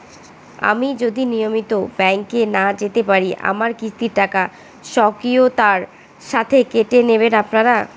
আমি যদি নিয়মিত ব্যংকে না যেতে পারি আমার কিস্তির টাকা স্বকীয়তার সাথে কেটে নেবেন আপনারা?